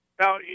Now